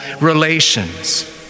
relations